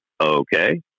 okay